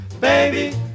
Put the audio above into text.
Baby